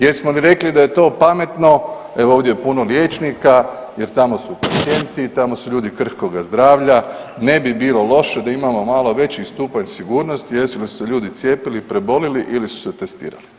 Jesmo li rekli da je to pametno, evo ovdje je puno liječnika jer tamo su pacijenti, tamo su ljudi krhkoga zdravlja, ne bi bilo loše da imamo malo veći stupanj sigurnosti jel su nam se ljudi cijepili, prebolili ili su se testirali.